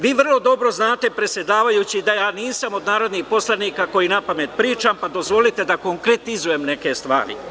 Vi vrlo dobro znate, predsedavajući, da ja nisam od narodnih poslanika koji napamet pričam, dozvolite da konkretizujem neke stvari.